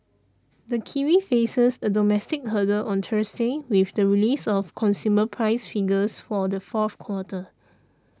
the kiwi faces a domestic hurdle on Thursday with the release of consumer price figures for the fourth quarter